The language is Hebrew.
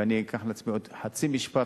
ואני אקח לעצמי עוד חצי משפט,